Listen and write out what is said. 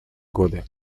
годы